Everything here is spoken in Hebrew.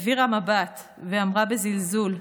העבירה מבט ואמרה בזלזול: